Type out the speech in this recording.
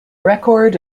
record